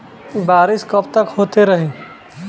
बरिस कबतक होते रही?